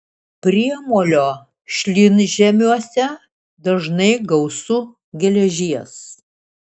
priemolio šlynžemiuose dažnai gausu geležies